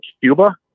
Cuba